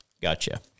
Gotcha